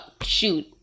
shoot